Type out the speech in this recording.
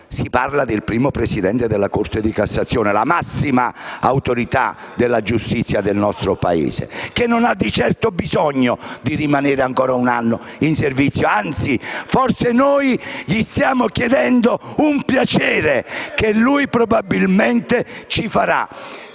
Milo, ma del primo presidente della Corte di cassazione, la massima autorità della giustizia del nostro Paese, che non ha di certo bisogno di rimanere ancora un anno in servizio. Anzi, forse gli stiamo chiedendo un piacere, che lui probabilmente ci farà.